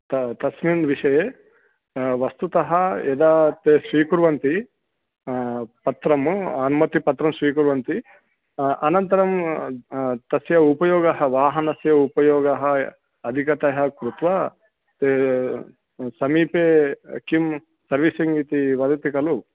त तस्मिन् विषये वस्तुतः यदा ते स्वीकुर्वन्ति पत्रम् अनुमतिपत्रं स्वीकुर्वन्ति अनन्तरं तस्य उपयोगः वाहनस्य उपयोगः अधिकतया कृत्वा ते समीपे किं सर्विसिङ्ग्ङ्ग् इति वदति खलु